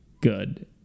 good